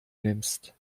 nimmst